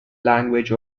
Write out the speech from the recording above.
language